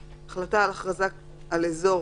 (2) החלטה על הכרזה על אזור